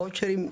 הואוצ'רים,